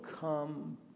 come